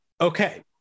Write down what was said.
Okay